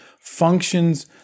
functions